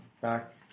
back